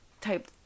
type